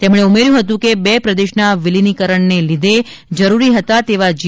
તેમણે ઉમેર્યું હતું કે બે પ્રદેશ ના વિલીનીકરાણ ને લીધે જરૂરી હતા તેવા જી